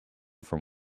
from